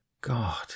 God